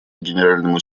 генеральному